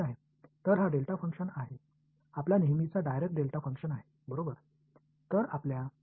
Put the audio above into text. எனவே இந்த டெல்டா செயல்பாடு உங்கள் வழக்கமான டிராக் டெல்டா செயல்பாடு